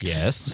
Yes